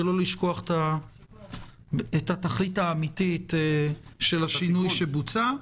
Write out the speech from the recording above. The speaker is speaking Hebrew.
לא לשכוח את התכלית האמיתית לשינוי שבוצע.